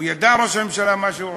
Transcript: והוא ידע, ראש הממשלה, מה שהוא עושה.